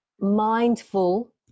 mindful